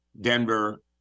Denver